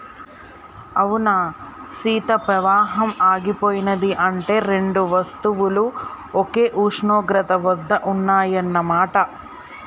అవునా సీత పవాహం ఆగిపోయినది అంటే రెండు వస్తువులు ఒకే ఉష్ణోగ్రత వద్ద ఉన్నాయన్న మాట